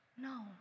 No